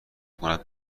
کند